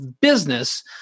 business